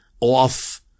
off